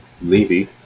Levy